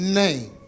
name